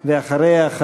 ואחריה,